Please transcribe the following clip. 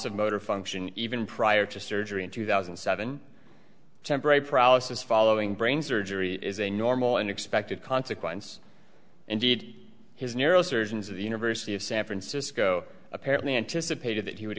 of motor function even prior to surgery in two thousand and seven a temporary process following brain surgery is a normal and expected consequence indeed his neurosurgeons of the university of san francisco apparently anticipated that he would